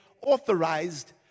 authorized